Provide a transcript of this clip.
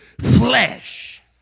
flesh